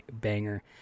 banger